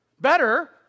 Better